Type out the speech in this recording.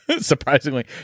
Surprisingly